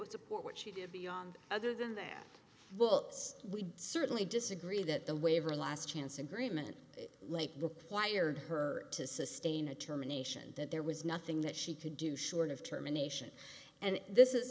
would support what you do beyond other than their well we certainly disagree that the waiver last chance agreement late book wired her to sustain a termination that there was nothing that she could do short of terminations and this is